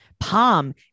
Palm